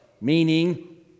meaning